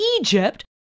Egypt